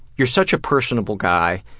you're such a personable guy,